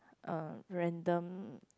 uh random